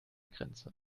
grenze